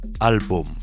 album